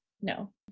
No